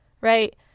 right